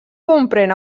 comprèn